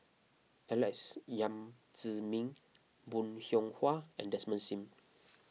Alex Yam Ziming Bong Hiong Hwa and Desmond Sim